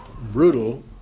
brutal